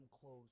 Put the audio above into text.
close